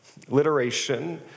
literation